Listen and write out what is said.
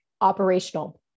operational